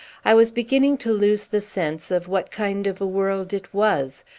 i was beginning to lose the sense of what kind of a world it was,